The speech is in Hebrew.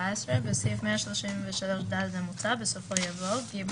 14. בסעיף 133ד המוצע בסופו יבוא: "(ג)